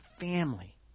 family